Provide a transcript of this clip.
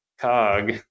cog